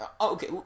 Okay